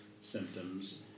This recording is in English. symptoms